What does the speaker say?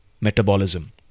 metabolism